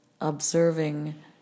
observing